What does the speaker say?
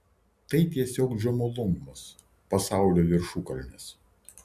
tai tiesiog džomolungmos pasaulio viršukalnės